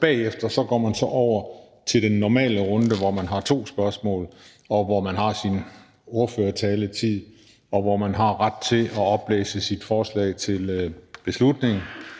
Bagefter går man så over til den normale runde, hvor man har to spørgsmål, og hvor man har sin ordførertaletid, og hvor man har ret til at oplæse sit forslag til vedtagelse.